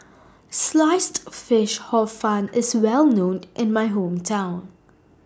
Sliced Fish Hor Fun IS Well known in My Hometown